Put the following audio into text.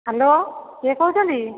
hello କିଏ କହୁଛନ୍ତି